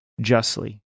justly